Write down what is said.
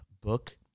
book